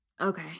okay